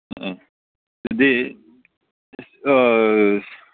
ꯎꯝ ꯑꯗꯨꯗꯤ